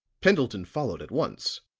pendleton followed at once,